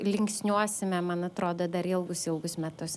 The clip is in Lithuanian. linksniuosime man atrodo dar ilgus ilgus metus